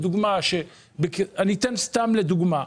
אני אתן סתם דוגמה.